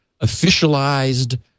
officialized